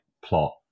plot